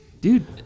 Dude